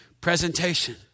Presentation